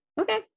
okay